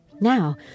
Now